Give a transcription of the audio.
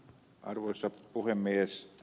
arvoisa puhemies